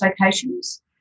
locations